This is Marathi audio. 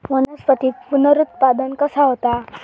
वनस्पतीत पुनरुत्पादन कसा होता?